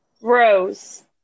Rose